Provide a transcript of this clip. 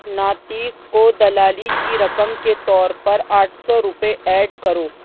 ناتیق کو دلالی کی رقم کے طور پر آٹھ سو روپے ایڈ کرو